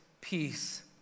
peace